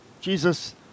Jesus